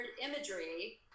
imagery